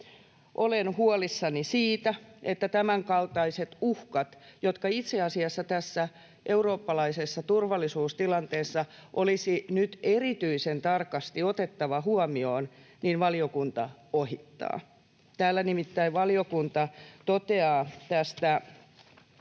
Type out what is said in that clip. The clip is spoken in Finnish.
olen huolissani siitä, että tämänkaltaiset uhkat, jotka itse asiassa tässä eurooppalaisessa turvallisuustilanteessa olisi nyt erityisen tarkasti otettava huomioon, valiokunta ohittaa. Täällä nimittäin valiokunta toteaa